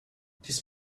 this